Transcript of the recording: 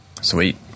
sweet